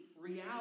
reality